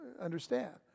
understand